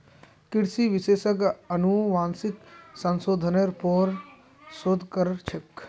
कृषि विशेषज्ञ अनुवांशिक संशोधनेर पर शोध कर छेक